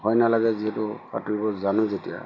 ভয় নালাগে যিহেতু সাঁতুৰিব জানো যেতিয়া